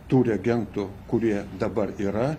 tų reagentų kurie dabar yra